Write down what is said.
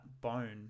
bone